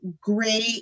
great